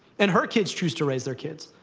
and her kids choose to raise their kids,